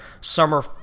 summer